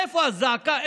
איפה הזעקה?